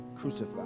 crucified